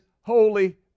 holy